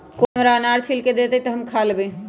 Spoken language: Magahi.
कोई हमरा अनार छील के दे दे, तो हम खा लेबऊ